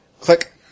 Click